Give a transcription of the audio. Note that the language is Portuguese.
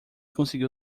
conseguiu